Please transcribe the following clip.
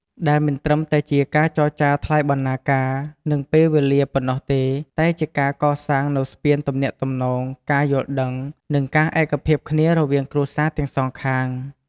ដែលមិនត្រឹមតែជាការចរចាថ្លៃបណ្ណាការ និងពេលវេលាប៉ុណ្ណោះទេ តែជាការសាងនូវស្ពានទំនាក់ទំនង ការយល់ដឹង និងការឯកភាពគ្នារវាងគ្រួសារទាំងសងខាង។